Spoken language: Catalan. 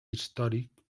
històric